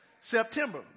September